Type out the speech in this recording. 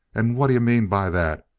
and what d'you mean by that?